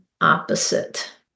opposite